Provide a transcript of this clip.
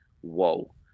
whoa